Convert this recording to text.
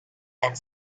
and